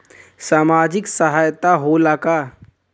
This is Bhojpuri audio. सामाजिक सहायता होला का?